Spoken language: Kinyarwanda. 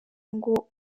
ngo